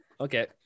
Okay